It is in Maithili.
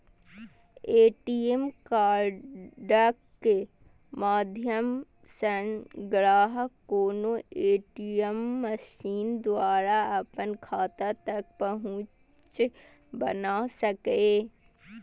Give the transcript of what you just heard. ए.टी.एम कार्डक माध्यम सं ग्राहक कोनो ए.टी.एम मशीन द्वारा अपन खाता तक पहुंच बना सकैए